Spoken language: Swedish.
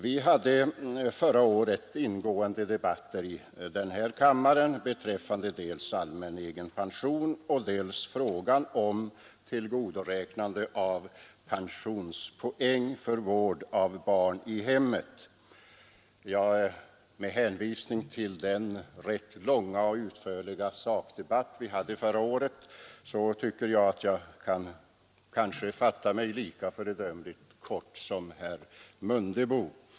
Vi hade förra året ingående debatter här i kammaren beträffande dels allmän egenpension, dels tillgodoräknande av pensionspoäng för vård av barn i hemmet. Med hänvisning till den rätt utförliga sakdiskussion vi då förde tycker jag att jag kan fatta mig lika föredömligt kort som herr Mundebo.